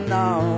now